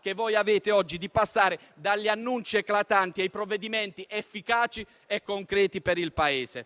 che avete oggi di passare da annunci eclatanti a provvedimenti efficaci e concreti per il Paese.